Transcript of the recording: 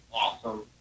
awesome